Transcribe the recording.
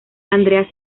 andrea